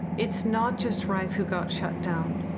it's not just rife who got shut down.